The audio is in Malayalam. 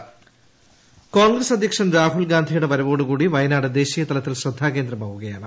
വയനാട് പ്രചാരണം കോൺഗ്രസ് അധ്യക്ഷൻ രാഹുൽ ഗാന്ധിയുടെ വരവോടുകൂടി വയനാട് ദേശീയ തലിത്തിൽ ശ്രദ്ധാകേന്ദ്രമാവുകയാണ്